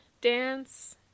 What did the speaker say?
dance